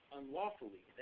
unlawfully